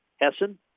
Hessen